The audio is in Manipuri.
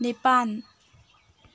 ꯅꯤꯄꯥꯜ